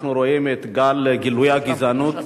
אנחנו רואים את גל גילויי הגזענות